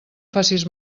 facis